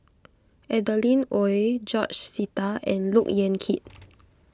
Adeline Ooi George Sita and Look Yan Kit